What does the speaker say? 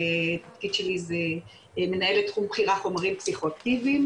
והתפקיד שלי זה מנהלת תחום בכירה חומרים פסיכואקטיביים.